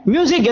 Music